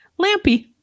Lampy